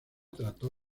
trató